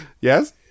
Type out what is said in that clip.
Yes